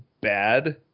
bad